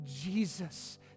Jesus